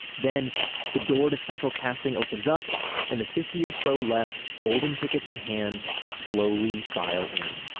then the door to central casting opens up and the fifty or so left, golden tickets in hand, slowly file in